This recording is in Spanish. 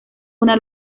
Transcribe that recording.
una